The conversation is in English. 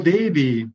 Devi